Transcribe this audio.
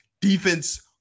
Defense